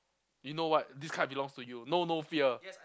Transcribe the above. you know what this card belongs to you know no fear